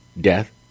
death